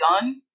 gun